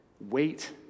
wait